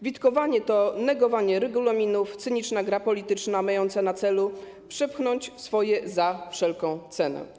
Witkowanie to negowanie regulaminów, cyniczna gra polityczna mająca na celu przepchnąć swoje za wszelką cenę.